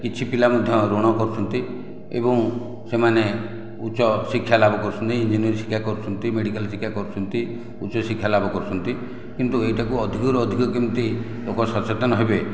କିଛି ପିଲା ମଧ୍ୟ ଋଣ କରୁଛନ୍ତି ଏବଂ ସେମାନେ ଉଚ୍ଚଶିକ୍ଷା ଲାଭ କରୁଛନ୍ତି ଇଞ୍ଜିନିୟରିଂ ଶିକ୍ଷା କରୁଛନ୍ତି ମେଡ଼ିକାଲ ଶିକ୍ଷା କରୁଛନ୍ତି ଉଚ୍ଚଶିକ୍ଷା ଲାଭ କରିଛନ୍ତି କିନ୍ତୁ ଏଇଟାକୁ ଅଧିକରୁ ଅଧିକ କେମିତି ଲୋକ ସଚେତନ ହେବେ